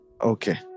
Okay